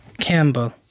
Campbell